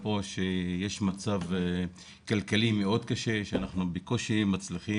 יש מצב כלכלי מאוד קשה ואנחנו מצליחים